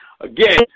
Again